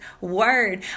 word